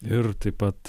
ir taip pat